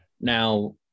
Now